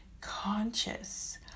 conscious